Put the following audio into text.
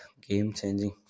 game-changing